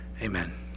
Amen